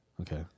Okay